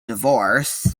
divorce